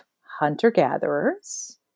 hunter-gatherers